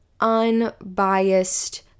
unbiased